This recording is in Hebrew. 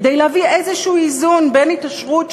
כדי להביא איזשהו איזון בין התעשרות,